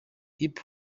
hip